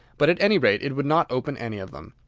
but at any rate it would not open any of them.